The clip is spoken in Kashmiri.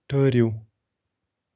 ٹھٔہرِو